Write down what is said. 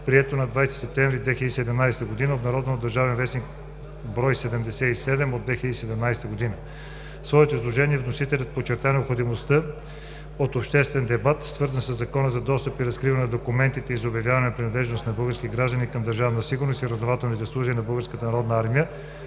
прието на 20 септември 2017 г. (Обн., ДВ, бр. 77 от 2017 г.) В своето изложение вносителят подчерта необходимостта от обществен дебат, свързан със Закон за достъп и разкриване на документите и за обявяване на принадлежност на български граждани към Държавна сигурност и разузнавателните служби на